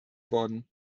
worden